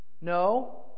No